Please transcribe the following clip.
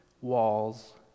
walls